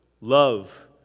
love